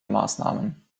maßnahmen